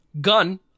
gun